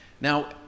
Now